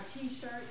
T-shirt